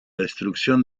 destrucción